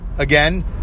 Again